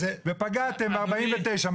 ופגעתם בארבעים ותשעה.